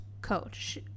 coach